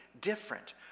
different